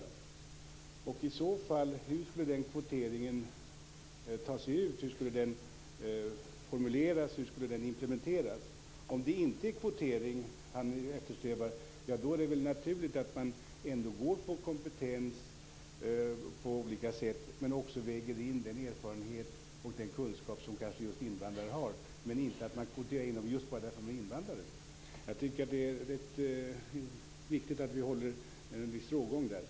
Hur skulle i så fall den kvoteringen formuleras och implementeras? Om Juan Fonseca inte eftersträvar kvotering är det väl naturligt att ändå gå på kompetens på olika sätt och att väga in den erfarenhet och den kunskap som kanske just invandrare har, inte att kvotera in människor just därför att de är invandrare. Det är viktigt att hålla en viss rågång där.